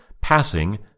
passing